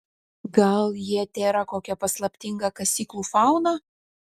gal jie tėra kokia paslaptinga kasyklų fauna